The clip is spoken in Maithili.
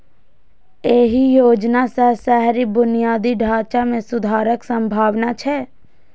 एहि योजना सं शहरी बुनियादी ढांचा मे सुधारक संभावना छै